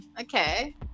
Okay